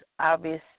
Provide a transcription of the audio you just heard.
obvious